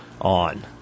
on